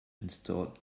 install